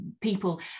people